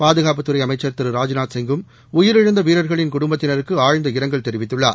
பாதுகாப்புத்துறை அமைச்சள் திரு ராஜ்நாத்சிங்கும் உயிரிழந்த வீரர்களின் குடும்பத்தினருக்கு ஆழ்ந்த இரங்கல் தெரிவித்துள்ளார்